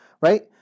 right